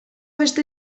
beste